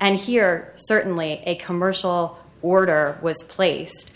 and here certainly a commercial order was placed